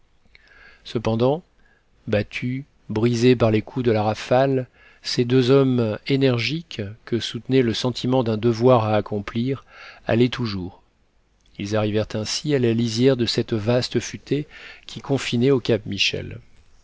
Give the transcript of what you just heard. cependant battus brisés par les coups de la rafale ces deux hommes énergiques que soutenait le sentiment d'un devoir à accomplir allaient toujours ils arrivèrent ainsi à la lisière de cette vaste futaie qui confinait au cap michel